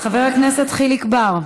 חבר הכנסת חיליק בר.